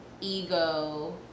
ego